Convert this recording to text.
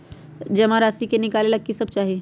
जमा राशि नकालेला कि सब चाहि?